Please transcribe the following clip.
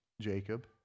Jacob